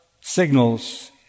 signals